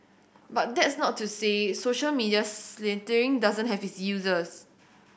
but that's not to say social media sleuthing doesn't have its users